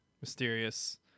mysterious